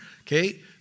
okay